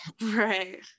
Right